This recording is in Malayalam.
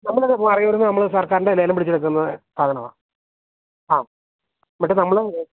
നമ്മളക്കെ മറയൂരുനിന്നു നമ്മള് സർക്കാരിൻ്റെ ലേലം പിടിച്ചെടുക്കുന്ന സാധനമാണ് ആ എന്നിട്ട് നമ്മള്